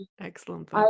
Excellent